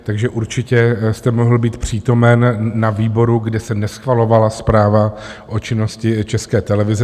Takže určitě jste mohl být přítomen na výboru, kde se neschvalovala zpráva o činnosti České televize.